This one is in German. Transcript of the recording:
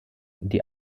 die